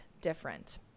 different